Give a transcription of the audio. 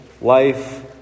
life